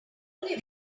only